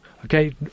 Okay